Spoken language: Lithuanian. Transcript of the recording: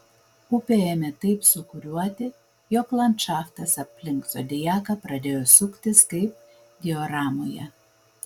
upė ėmė taip sūkuriuoti jog landšaftas aplink zodiaką pradėjo suktis kaip dioramoje